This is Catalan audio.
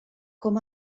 com